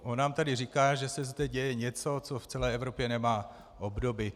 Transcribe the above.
On nám tady říká, že se zde děje něco, co v celé Evropě nemá obdoby.